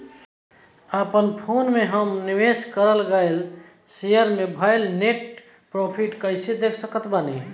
अपना फोन मे हम निवेश कराल गएल शेयर मे भएल नेट प्रॉफ़िट कइसे देख सकत बानी?